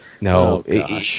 No